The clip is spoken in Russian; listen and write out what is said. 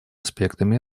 аспектами